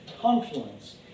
confluence